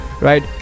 right